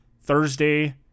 Thursday